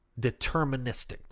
deterministic